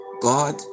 God